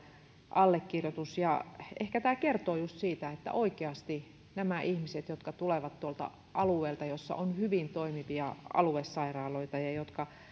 allekirjoitus ehkä tämä kertoo just siitä että oikeasti nämä ihmiset jotka tulevat tuolta alueelta missä on hyvin toimivia aluesairaaloita jotka